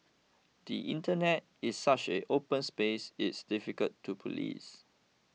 the Internet is such an open space it's difficult to police